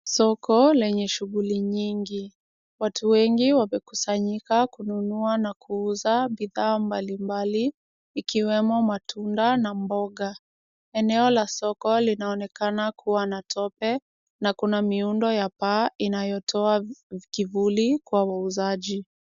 Soko lenye shughuli nyingi. Watu wengi wamekusanyika kununua na kuuza bidhaa mbalimbali, ikiwemo matunda na mboga. Eneo la soko linaonekana kuwa na tope, na kuna miundo ya paa, inayotoa kivuli kwa wauzaji.